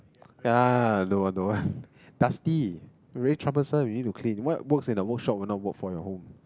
ya don't want don't want dusty really troublesome you need to clean what work for the workshop will not work for your home